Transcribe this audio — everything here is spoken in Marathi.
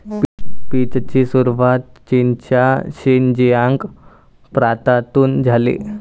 पीचची सुरुवात चीनच्या शिनजियांग प्रांतातून झाली